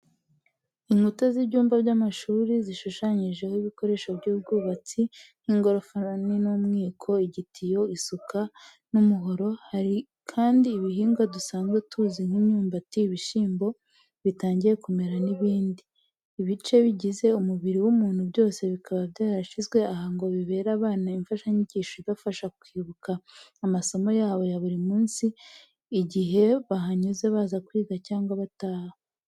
Inkuta z'ibyumba by'amashuri zishushanyijeho ibikoresho by'ubwubatsi nk'ingorofani n'umwiko, igitiyo, isuka n'umuhoro, hari kandi ibihingwa dusanzwe tuzi nk'imyumbati, ibishyimbo bitangiye kumera n'ibindi. Ibice bigize umubiri w'umuntu byose bikaba byarashyizwe aha ngo bibere abana imfashanyigisho ibafasha kwibuka amasomo yabo ya buri munsi igihe bahanyuze baza kwiga cyangwa bataha.